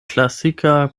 klasika